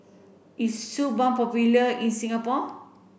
is Suu balm popular in Singapore